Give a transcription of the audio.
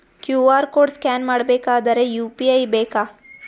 QR code scan ಮಾಡಬೇಕಾದರೆ UPI ಬೇಕಾ?